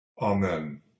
Amen